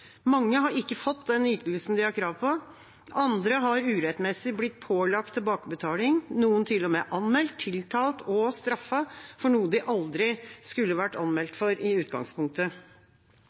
Mange har ikke fått den ytelsen de har krav på. Andre har urettmessig blitt pålagt tilbakebetaling, noen til og med anmeldt, tiltalt og straffet for noe de aldri skulle vært anmeldt for i utgangspunktet.